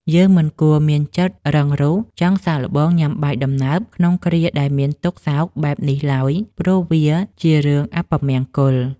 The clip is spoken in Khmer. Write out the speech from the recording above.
យើងមិនគួរមានចិត្តរឹងរូសចង់សាកល្បងញ៉ាំបាយដំណើបក្នុងគ្រាដែលមានទុក្ខសោកបែបនេះឡើយ ព្រោះវាជារឿងអពមង្គល។